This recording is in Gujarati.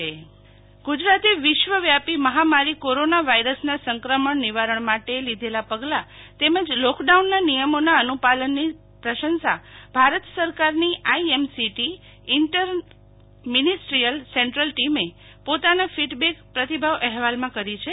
શીતલ વૈશ્નવ આઈએમસીટી ટીમ સમીક્ષા ગુજરાતે વિશ્વવ્યાપી મામારી કોરોના વાયરસના સંક્રમણ નિવારણ માટે લીધેલા પગલા તેમજ લોકડાઉનના નિયમોના અનુપાલનની પ્રશંસા ભારત સરકારની આઈએમસીટી ઈનટર મિનીસ્ટરીયલ સેન્ટ્રલ ટીમે પોતાના ફિડબેક પ્રતિભાવ અહેવાલમાં કરી છે